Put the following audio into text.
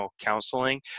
counseling